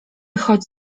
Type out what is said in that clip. choć